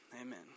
amen